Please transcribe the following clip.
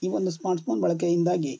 ಈ ಒಂದು ಸ್ಮಾರ್ಟ್ಫೋನ್ ಬಳಕೆಯಿಂದಾಗಿ